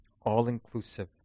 All-inclusive